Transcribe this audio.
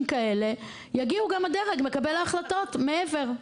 כאלה יגיעו גם הדרג מקבל ההחלטות מעבר.